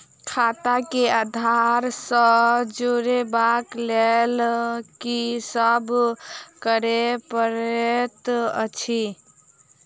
खाता केँ आधार सँ जोड़ेबाक लेल की सब करै पड़तै अछि?